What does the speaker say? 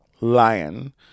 lion